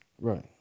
Right